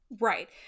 Right